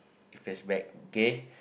flashback K